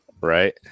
Right